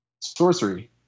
sorcery